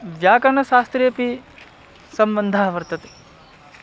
व्याकरणशास्त्रेपि सम्बन्धः वर्तते